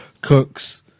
Cooks